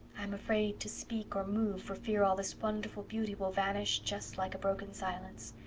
i'm afraid to speak or move for fear all this wonderful beauty will vanish just like a broken silence,